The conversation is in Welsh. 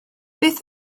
beth